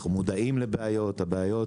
אנחנו מודעים לבעיות, הבעיות